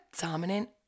dominant